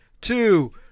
two